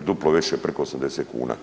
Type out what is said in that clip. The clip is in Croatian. duplo više priko 80 kuna.